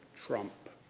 trump.